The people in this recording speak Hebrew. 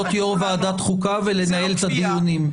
להיות יושבת ראש ועדת החוקה ולנהל את הדיונים.